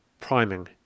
Priming